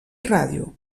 ràdio